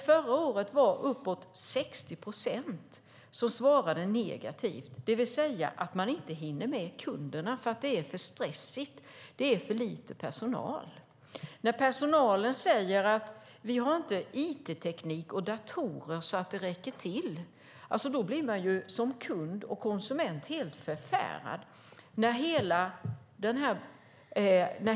Förra året var det uppåt 60 procent som svarade negativt, det vill säga att man inte hinner med kunderna för att det är för stressigt och för lite personal. När personalen säger att man inte har informationsteknik och datorer så att det räcker blir man som kund och konsument helt förfärad.